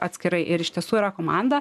atskirai ir iš tiesų yra komanda